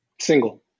Single